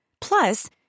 Plus